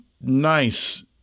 nice